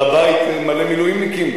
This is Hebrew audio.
אבל הבית מלא מילואימניקים,